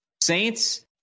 Saints